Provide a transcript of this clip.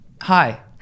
Hi